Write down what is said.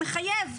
מחייב.